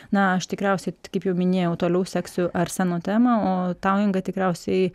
na aš tikriausiai kaip jau minėjau toliau seksiu arseno temą o tau inga tikriausiai